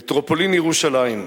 מטרופולין ירושלים,